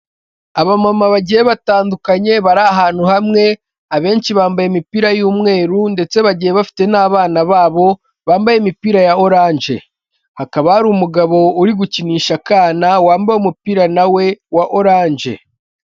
Abama bagiye batandukanye bari ahantu hamwe; abenshi bambaye imipira y'umweru ndetse bagiye bafite n'abana babo bambaye imipira ya oranje, hakaba hari umugabo uri gukinisha akana wambaye umupira na we wa oranje.